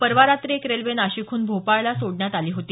परवा रात्री एक रेल्वे नाशिकहून भोपाळला सोडण्यात आली होती